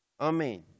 Amen